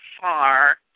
far